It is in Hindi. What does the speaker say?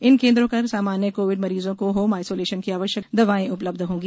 इन केन्द्रों पर सामान्य कोविड मरीजों को होम आइसोलेशन की आवश्यक दवाएँ उपलब्ध होंगी